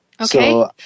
Okay